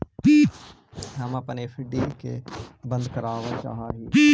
हम अपन एफ.डी के बंद करावल चाह ही